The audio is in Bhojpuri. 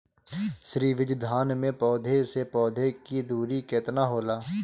श्री विधि धान में पौधे से पौधे के दुरी केतना होला?